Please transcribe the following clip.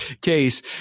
case